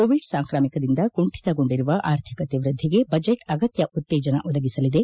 Covid ಸಾಂಕ್ರಾಮಿಕದಿಂದ ಕುಂಡಿತಗೊಂಡಿರುವ ಆರ್ಥಿಕತೆ ವ್ಯದ್ದಿಗೆ ಬಜೆಟ್ ಆಗತ್ತ ಉತ್ತೇಜನ ಒದಗಿಸಲಿದೆ